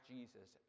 Jesus